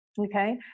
Okay